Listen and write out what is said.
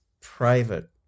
private